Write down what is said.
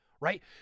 right